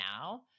now